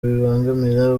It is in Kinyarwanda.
bibangamira